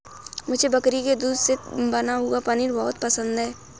मुझे बकरी के दूध से बना हुआ पनीर बहुत पसंद है